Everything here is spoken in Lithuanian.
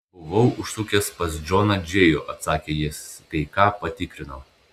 buvau užsukęs pas džoną džėjų atsakė jis kai ką patikrinau